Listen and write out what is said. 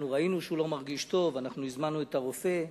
אנחנו ראינו שהוא לא מרגיש טוב, והזמנו את הרופא.